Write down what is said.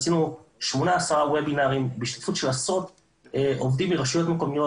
עשינו כ-10 וובינרים בהשתתפות של עשרות עובדים מרשויות מקומיות.